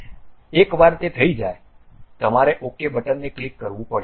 એકવાર તે થઈ જાય તમારે OK બટનને ક્લિક કરવું પડશે